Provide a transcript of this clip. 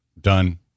Done